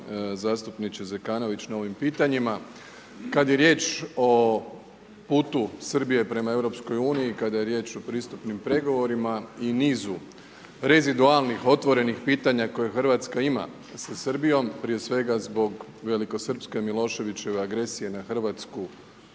zastupniče Zekanović na ovim pitanjima. Kad je riječ o putu Srbije prema EU, kada je riječ o pristupnim pregovorima i nizu rezidualnih, otvorenih pitanja koje Hrvatska ima sa Srbijom, prije svega zbog velikosrpske Miloševićeve agresije na Hrvatsku